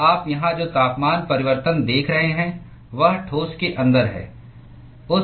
तो आप यहां जो तापमान परिवर्तन देख रहे हैं वह ठोस के अंदर है